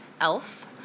elf